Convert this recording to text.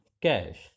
cash